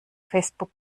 facebook